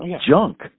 junk